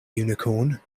unicorn